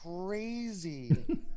crazy